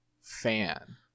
fan